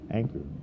anchor